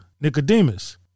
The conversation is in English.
Nicodemus